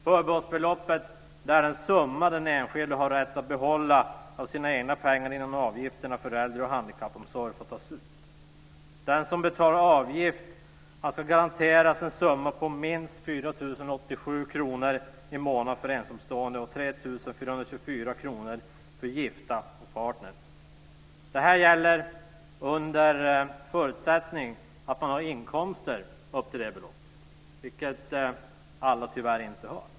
Förbehållsbeloppet är den summa den enskilde har rätt att behålla av sina egna pengar innan avgifterna för äldre och handikappomsorg får tas ut. 3 424 kr för gifta och partner. Detta gäller under förutsättning att man har inkomster upp till det beloppet vilket alla tyvärr inte har.